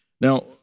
Now